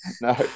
No